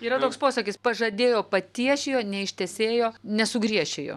yra toks posakis pažadėjo patiešijo neištesėjo nesugriešijo